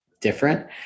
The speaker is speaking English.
different